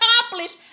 accomplished